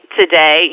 today